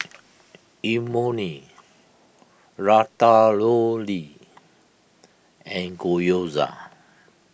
Imoni Ratatouille and Gyoza